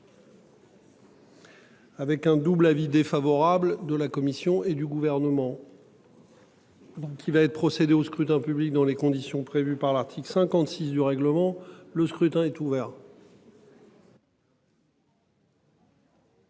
Avec un double avis défavorable de la Commission et du gouvernement. Donc il va être procédé au scrutin public dans les conditions prévues par l'article 56 du règlement, le scrutin est ouvert.